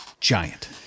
giant